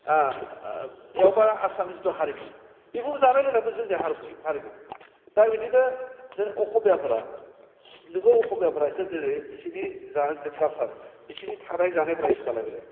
बेयावबा आसामनि जिथु हारिमु बेफोरबो जानाय लोंनायाबो जोंनि हारिमुनि हारिमु दा बिदिनो जों अस'मियाफोरा नोङो अस'मियाफोरासो दिनै बिसोरनि जानाय जिथु काल्सार बिसोरनि थानाय जानायफोरा स्टाइला बेलेग